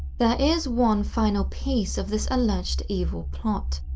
there is one final piece of this alleged evil plot.